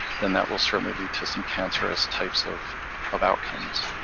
then that will certainly lead to some cancerous types of of outcomes.